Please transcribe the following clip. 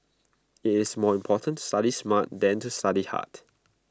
IT is more important to study smart than to study hard